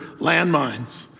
Landmines